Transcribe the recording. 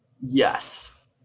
Yes